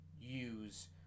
use